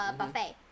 ，buffet